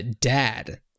Dad